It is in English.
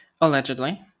Allegedly